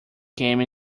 came